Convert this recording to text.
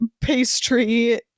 pastry